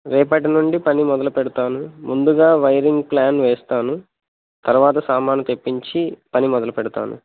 రేపటి నుండి పని మొదలుపెడతాను ముందుగా వైరింగ్ ప్లాన్ వేస్తాను తర్వాత సామాను తెప్పించి పని మొదలు పెడతాను